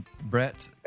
Brett